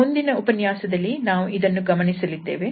ಮುಂದಿನ ಉಪನ್ಯಾಸದಲ್ಲಿ ನಾವು ಇದನ್ನು ಗಮನಿಸಲಿದ್ದೇವೆ